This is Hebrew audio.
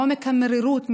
מעומק המרירות,